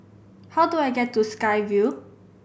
how do I get to Sky Vue